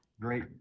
great